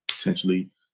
potentially